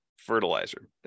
fertilizer